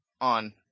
on